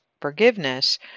forgiveness